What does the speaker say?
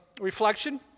reflection